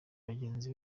bagenzi